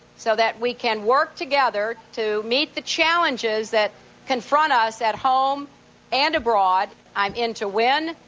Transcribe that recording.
so that we can work together to meet the challenges that confront us at home and abroad. i'm in to win,